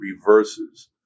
reverses